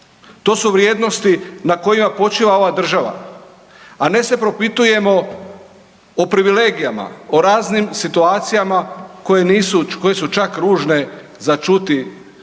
To su vrijednosti na kojima počiva ova država, a ne se propitujemo o privilegijama, o raznim situacijama koje nisu, koje su čak ružne za čuti